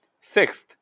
sixth